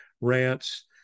rants